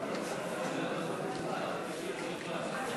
התשע"ד 2014,